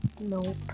Nope